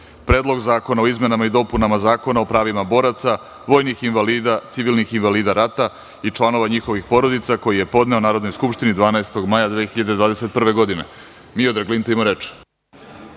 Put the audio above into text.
Predlog zakona o izmenama i dopunama Zakona o pravima boraca, vojnih invalida, civilnih invalida rata i članova njihovih porodica, koji je podneo Narodnoj skupštini 12. maja 2021. godine. Miodrag Linta ima reč.